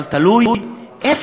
אבל תלוי איפה.